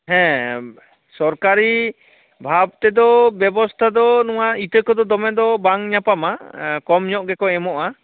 ᱦᱮᱸ ᱥᱚᱨᱠᱟᱨᱤ ᱵᱷᱟᱵ ᱛᱮᱫᱚ ᱵᱮᱵᱚᱛᱷᱟ ᱫᱚ ᱱᱚᱣᱟ ᱤᱛᱟᱹ ᱠᱚᱫᱚ ᱫᱚᱢᱮ ᱫᱚ ᱵᱟᱝ ᱧᱟᱯᱟᱢᱟ ᱠᱚᱢ ᱧᱚᱜ ᱜᱮᱠᱚ ᱮᱢᱚᱜᱼᱟ